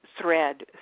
thread